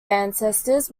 ancestors